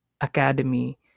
Academy